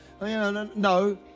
No